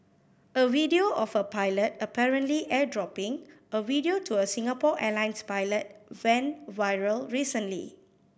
a video of a pilot apparently airdropping a video to a Singapore Airlines pilot went viral recently